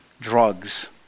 drugs